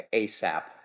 asap